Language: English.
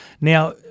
Now